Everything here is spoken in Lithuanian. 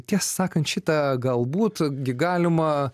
tiesą sakant šitą galbūt gi galima